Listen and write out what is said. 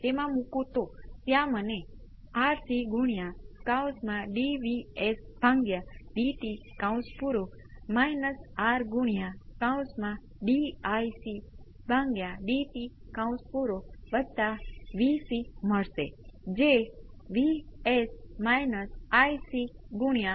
તેથી બધાએ આ s ને j ω દ્વારા બદલવું પડશે અને પછી કે V p ને V p two × exponential j 5 સાથે અચળ મારે સંતુલન ગોઠવવું પડે બધુ એટલુ જ નથી અહીં બીજો કોઈ અચળ છે